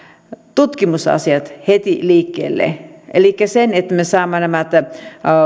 tutkimusasiat heti liikkeelle elikkä että me saamme nämä